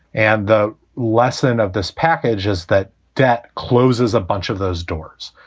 and the lesson of this package is that that closes a bunch of those doors.